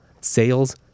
sales